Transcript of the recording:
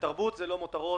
תרבות זה לא מותרות,